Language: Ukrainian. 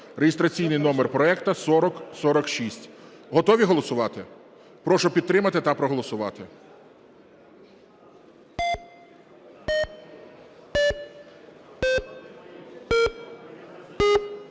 (реєстраційний номер проекту 4046). Готові голосувати? Прошу підтримати та проголосувати.